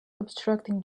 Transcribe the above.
obstructing